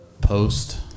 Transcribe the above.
post